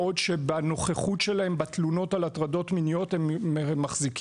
בעוד שבנוכחות שלהם בתלונות על הטרדות מיניות הם מחזיקים